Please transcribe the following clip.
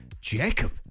Jacob